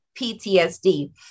PTSD